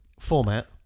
Format